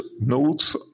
notes